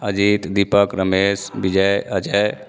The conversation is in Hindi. अजीत दीपक रमेस विजय अजय